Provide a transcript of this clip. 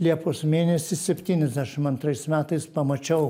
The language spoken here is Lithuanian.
liepos mėnesį septyniasdešim antrais metais pamačiau